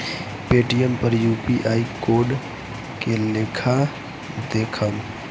Paytm पर UPI code के लेखा देखम?